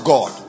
God